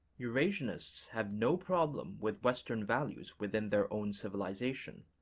eurasianists have no problem with western values within their own civilization.